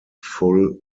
full